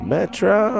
Metro